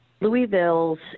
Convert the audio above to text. Louisville's